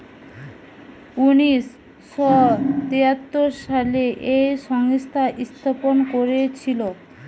উনিশ শ তেয়াত্তর সালে এই সংস্থা স্থাপন করেছিল